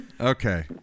Okay